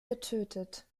getötet